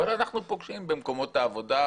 אבל אנחנו פוגשים במקומות העבודה,